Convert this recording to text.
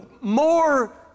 more